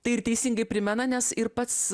tai ir teisingai primena nes ir pats